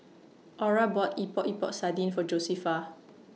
Aura bought Epok Epok Sardin For Josefa